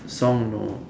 song no